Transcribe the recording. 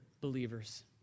believers